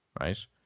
Right